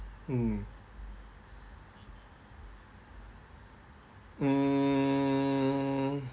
mm mm